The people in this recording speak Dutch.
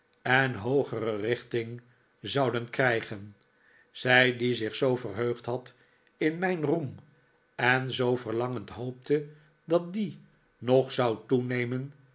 en hoogere richting zouden krijgen zij die zich zoo verheugd had in mijn roem en zoo verlangend hoopte dat die nog zou toenemen